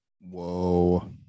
Whoa